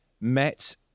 met